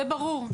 זה ברור.